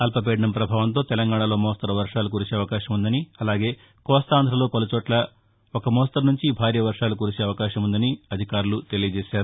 అల్పపీడనం పభావంతో తెలంగాణలో మోస్తరు వర్వాలు కురిసే అవకాశం ఉందని అలాగే కోస్తాంధలో పలుచోట్ల భారీ వర్వాలు కురిసే అవకాశం ఉందని అధికారులు తెలిపారు